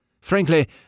Frankly